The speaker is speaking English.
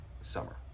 summer